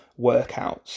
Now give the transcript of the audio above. workouts